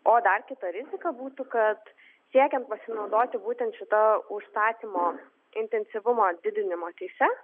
o dar kita rizika būtų kad siekiant pasinaudoti būtent šita užstatymo intensyvumo didinimo teise